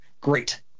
Great